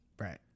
Right